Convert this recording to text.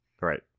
Right